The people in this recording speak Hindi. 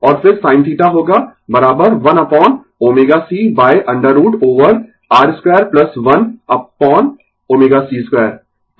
और फिर sin θ होगा आपका 1 upon ω c √ over R 2 1 upon ω c 2